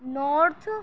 north